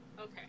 okay